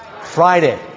Friday